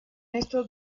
estos